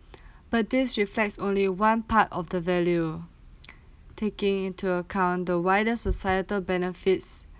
but this reflects only one part of the value taking into account the wider societal benefits